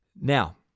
Now